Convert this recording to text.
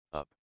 up